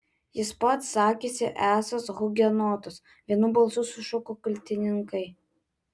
jis pats sakėsi esąs hugenotas vienu balsu sušuko kaltininkai